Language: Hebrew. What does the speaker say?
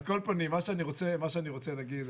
על כל פנים, מה שאני רוצה לומר,